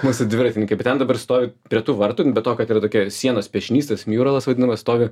mūsų dviratininkai bet ten dabar stovi prie tų vartų be to kad yra tokia sienos piešinys tas miuralas vadinamas stovi